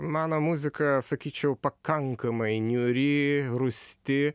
mano muzika sakyčiau pakankamai niūri rūsti